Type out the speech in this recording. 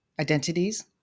identities